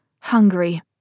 Hungry